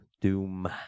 Doom